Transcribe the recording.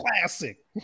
Classic